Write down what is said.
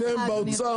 אתם מהאוצר,